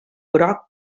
groc